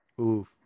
Oof